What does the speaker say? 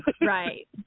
Right